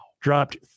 dropped